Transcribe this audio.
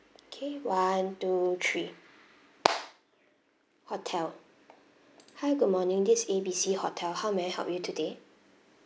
okay one two three hotel hi good morning this A B C hotel how may I help you today